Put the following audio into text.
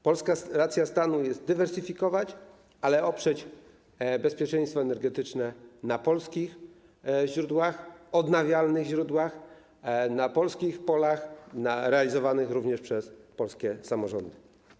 Polska racja stanu to dywersyfikować, ale oprzeć bezpieczeństwo energetyczne na polskich źródłach, odnawialnych źródłach, na polskich polach, na działaniach realizowanych również przez polskie samorządy.